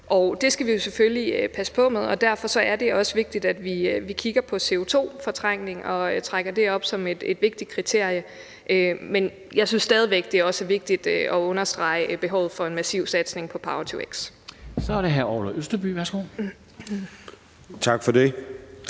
Det skal vi selvfølgelig passe på med, og derfor er det også vigtigt, at vi kigger på CO2-fortrængning og trækker det op som et vigtigt kriterie. Men jeg synes stadig væk, det også er vigtigt at understrege behovet for en massiv satsning på power-to-x. Kl. 11:11 Formanden